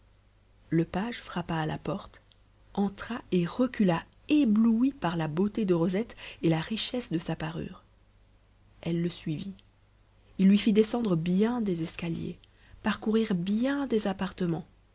le page frappa à la porte entra et recula ébloui par la beauté de rosette et la richesse de sa parure elle le suivit il lui fit descendre bien des escaliers parcourir bien des appartements